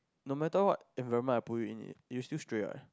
no matter what environment I put you in you will still stray what